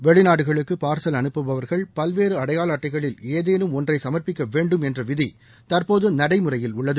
வெளிநாடுகளுக்கு பார்சல் அனுப்புபவர்கள் பல்வேறு அடையாள அட்டைகளில் ஏதேனும் ஒன்றை சமா்ப்பிக்க வேண்டும் என்ற விதி தற்போது நடைமுறையில் உள்ளது